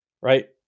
right